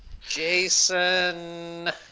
Jason